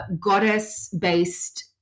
goddess-based